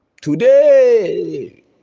Today